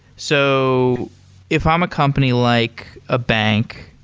so if i'm a company like a bank,